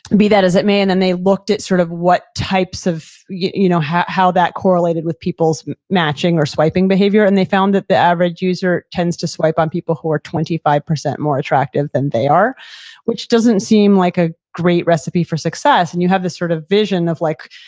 be that as it may, and and they looked at sort of what types of, you know how that correlated with people's matching or swiping behavior, and they found that the average user tends to swipe on people who are twenty five percent more attractive than they are which doesn't seem like a great recipe for success. and you have this sort of vision of like,